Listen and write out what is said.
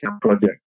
project